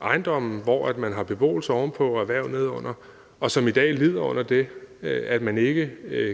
ejendomme, hvor man har beboelse ovenpå og erhverv nedenunder, og som i dag lider under det, at man ikke